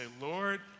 Lord